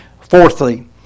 Fourthly